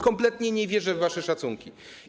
Kompletnie nie wierzę w wasze szacunki.